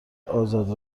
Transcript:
آزاد